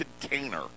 container